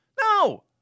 No